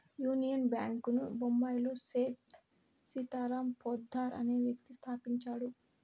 union Bank ను బొంబాయిలో సేథ్ సీతారాం పోద్దార్ అనే వ్యక్తి స్థాపించాడు